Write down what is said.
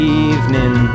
evening